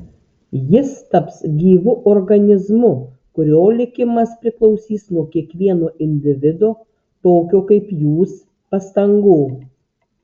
jis taps gyvu organizmu kurio likimas priklausys nuo kiekvieno individo tokio kaip jūs pastangų